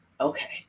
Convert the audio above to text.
Okay